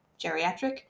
geriatric